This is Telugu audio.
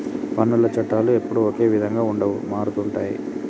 పన్నుల చట్టాలు ఎప్పుడూ ఒకే విధంగా ఉండవు మారుతుంటాయి